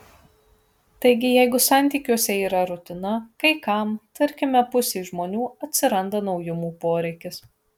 taigi jeigu santykiuose yra rutina kai kam tarkime pusei žmonių atsiranda naujumų poreikis